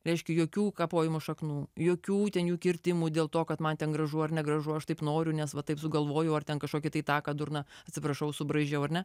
reiškia jokių kapojimo šaknų jokių kirtimų dėl to kad man ten gražu ar negražu aš taip noriu nes va taip sugalvojau ar ten kažkokį tai taką durną atsiprašau subraižiau ar ne